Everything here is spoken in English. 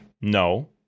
No